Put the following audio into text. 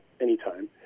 anytime